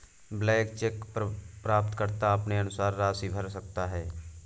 blank cheque प्राप्तकर्ता अपने अनुसार राशि भर सकता है